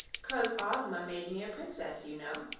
cause ozma made me a princess, you know.